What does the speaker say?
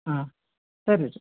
ಹಾಂ ಸರಿ ರೀ